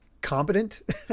competent